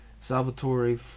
Salvatore